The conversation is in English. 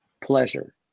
pleasure